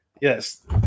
Yes